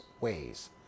ways